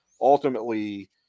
ultimately